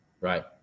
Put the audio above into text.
right